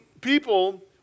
people